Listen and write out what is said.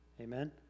Amen